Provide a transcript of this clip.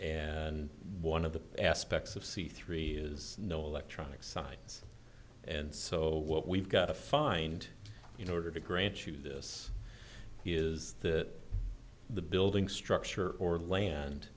and one of the aspects of c three is no electronic signs and so what we've got to find in order to grant you this is that the building structure or land